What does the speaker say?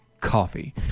coffee